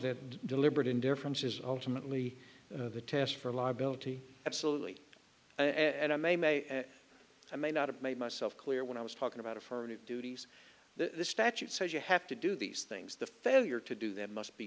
that deliberate indifference is ultimately the test for liability absolutely and i may may i may not have made myself clear when i was talking about affirmative duties the statute says you have to do these things the failure to do that must be